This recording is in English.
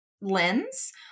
lens